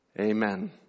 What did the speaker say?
Amen